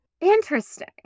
Interesting